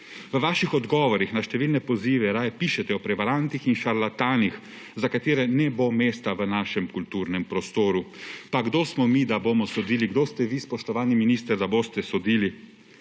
V vaših odgovorih na številne pozive raje pišete o prevarantih in šarlatanih, za kater ne bo mesta v našem kulturnem prostoru. Pa kdo smo mi, da bomo sodili, kdo ste vi, spoštovani minister, da boste sodili?